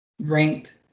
ranked